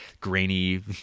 grainy